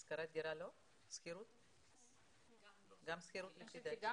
לפי דעתי גם שכירות.